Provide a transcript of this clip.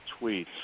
tweets